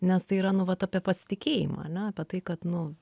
nes tai yra nu vat apie pasitikėjimą ane apie tai kad nu